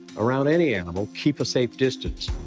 around any animal, keep a safe distance,